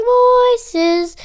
voices